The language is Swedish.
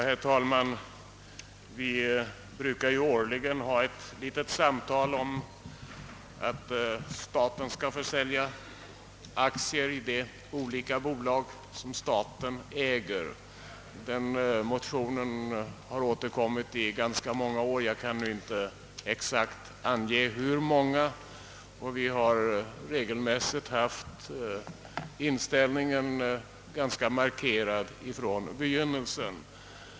Herr talman! Vi brukar här årligen ha ett litet samtal om att staten skulle försälja aktier i de olika bolag som staten äger. Detta motionsyrkande har återkommit ganska många år — jag kan inte exakt ange hur många — och vi har regelmässigt haft våra inställningar ganska markerade från begynnelsen.